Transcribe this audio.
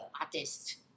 artist